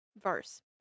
verse